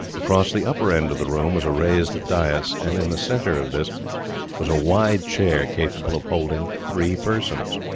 across the upper end of the room was a raised dais, and in the centre of this was a wide chair capable of holding three persons.